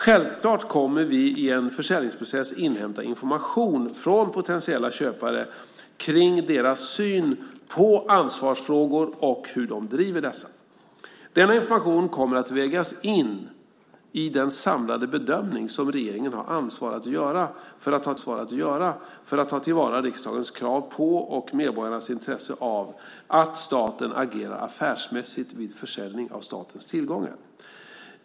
Självklart kommer vi i en försäljningsprocess inhämta information från potentiella köpare kring deras syn på ansvarsfrågor och hur de driver dessa. Denna information kommer att vägas in i den samlade bedömning som regeringen har ansvar att göra för att ta till vara riksdagens krav på och medborgarnas intresse av att staten agerar affärsmässigt vid försäljning av statens tillgångar.